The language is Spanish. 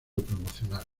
promocional